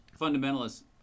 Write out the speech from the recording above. fundamentalists